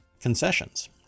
concessions